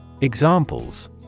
Examples